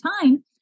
time